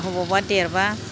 अबावबा देरोबा